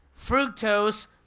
fructose